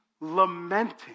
lamenting